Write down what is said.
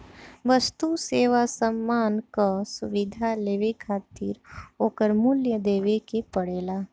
वस्तु, सेवा, सामान कअ सुविधा लेवे खातिर ओकर मूल्य देवे के पड़ेला